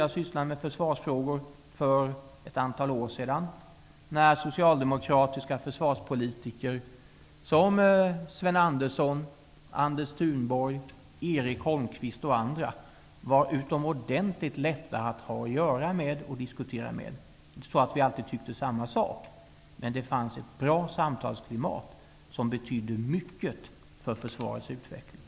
Jag sysslade med försvarsfrågor även för ett antal år sedan när socialdemokratiska försvarspolitiker som Sven Andersson, Anders Thunborg, Erik Holmkvist m.fl. var utomordentligt lätta att ha att göra med och diskutera med. Vi tyckte inte alltid på samma sätt, men det fanns ett bra samtalsklimat som betydde mycket för försvarets utveckling.